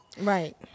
Right